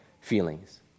feelings